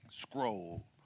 scroll